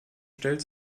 stellt